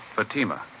Fatima